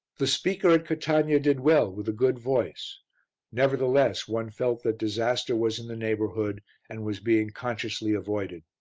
the speaker at catania did well with a good voice nevertheless one felt that disaster was in the neighbourhood and was being consciously avoided.